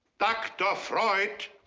dr. freud!